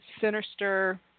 sinister